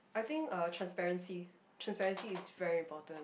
I think uh transparency transparency is very important